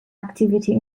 activity